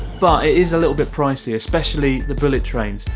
but it is a little bit pricey especially the bullet trains.